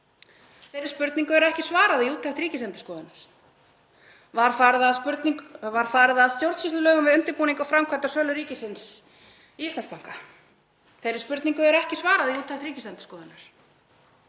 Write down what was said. Þeirri spurningu er ekki svarað í úttekt Ríkisendurskoðunar. Var farið að stjórnsýslulögum við undirbúning og framkvæmd á sölu ríkisins á Íslandsbanka? Þeirri spurningu er ekki svarað í úttekt Ríkisendurskoðunar.